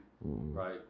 Right